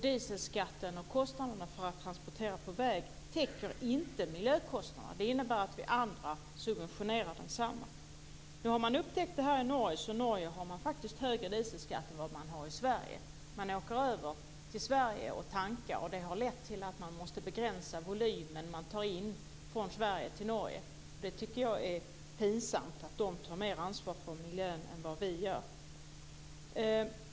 Dieselskatten och kostnaderna för att transportera på väg täcker inte miljökostnaderna. Det innebär att vi andra subventionerar detta. Nu har man upptäckt detta i Norge, så där har man faktiskt högre dieselskatt än vad man har i Sverige. Norrmän åker över till Sverige och tankar, och det har lett till att man måste begränsa den volym som tas in från Sverige till Norge. Jag tycker att det är pinsamt att de tar mer ansvar för miljön än vad vi gör.